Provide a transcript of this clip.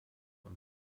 und